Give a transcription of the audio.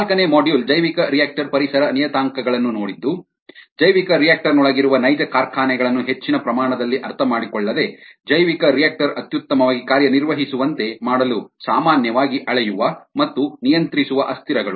ನಾಲ್ಕನೇ ಮಾಡ್ಯೂಲ್ ಜೈವಿಕರಿಯಾಕ್ಟರ್ ಪರಿಸರ ನಿಯತಾಂಕಗಳನ್ನು ನೋಡಿದ್ದು ಜೈವಿಕರಿಯಾಕ್ಟರ್ ನೊಳಗಿರುವ ನೈಜ ಕಾರ್ಖಾನೆಗಳನ್ನು ಹೆಚ್ಚಿನ ಪ್ರಮಾಣದಲ್ಲಿ ಅರ್ಥಮಾಡಿಕೊಳ್ಳದೆ ಜೈವಿಕರಿಯಾಕ್ಟರ್ ಅತ್ಯುತ್ತಮವಾಗಿ ಕಾರ್ಯನಿರ್ವಹಿಸುವಂತೆ ಮಾಡಲು ಸಾಮಾನ್ಯವಾಗಿ ಅಳೆಯುವ ಮತ್ತು ನಿಯಂತ್ರಿಸುವ ಅಸ್ಥಿರಗಳು